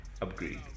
Upgrade